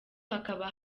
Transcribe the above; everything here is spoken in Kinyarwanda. hakaba